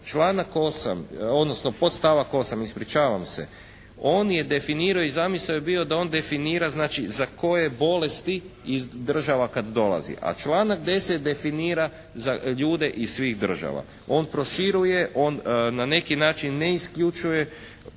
postavak 8., ispričavam se, on je definirao i zamisao je bila da on definira znači za koje bolesti iz država kad dolazi a članak 10. definira za ljude iz svih država. On proširuje, on na neki način ne isključuje